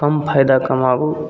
कम फायदा कमाबू